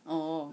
oh